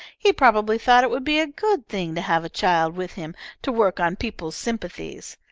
he probably thought it would be a good thing to have a child with him to work on peoples' sympathies.